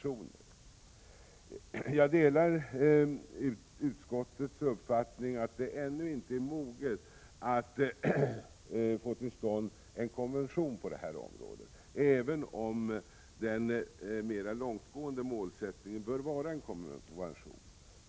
Jag delar utskottets uppfattning att tiden ännu inte är mogen för att få till stånd en konvention på detta område, även om den mera långtgående målsättningen bör vara en konvention.